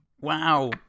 Wow